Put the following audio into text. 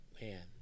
man